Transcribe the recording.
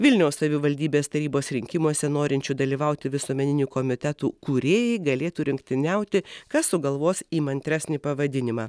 vilniaus savivaldybės tarybos rinkimuose norinčių dalyvauti visuomeninių komitetų kūrėjai galėtų rungtyniauti kas sugalvos įmantresnį pavadinimą